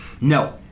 No